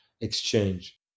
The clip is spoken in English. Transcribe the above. exchange